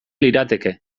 lirateke